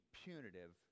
punitive